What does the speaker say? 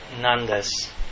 Nanda's